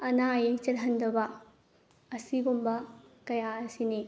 ꯑꯅꯥ ꯑꯌꯦꯛ ꯆꯦꯟꯍꯟꯗꯕ ꯑꯁꯤꯒꯨꯝꯕ ꯀꯌꯥ ꯑꯁꯤꯅꯤ